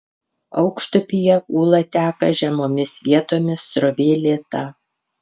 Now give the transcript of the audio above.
aukštupyje ūla teka žemomis vietomis srovė lėta